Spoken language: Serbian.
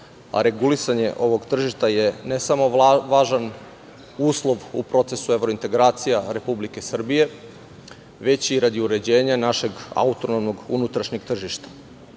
a regulisanje ovog tržišta je ne samo važan uslov u procesu evrointegracija Republike Srbije već i radi uređenja našeg autonomnog unutrašnjeg tržišta.